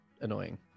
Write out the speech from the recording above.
annoying